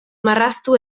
marraztu